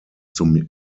zum